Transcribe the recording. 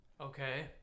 Okay